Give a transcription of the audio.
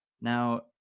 Now